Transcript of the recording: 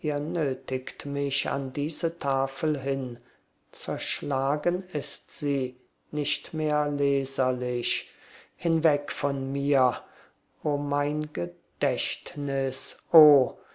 mich an diese tafel hin zerschlagen ist sie nicht mehr leserlich hinweg von mir o mein gedächtnis